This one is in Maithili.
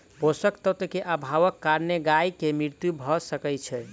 पोषक तत्व के अभावक कारणेँ गाय के मृत्यु भअ सकै छै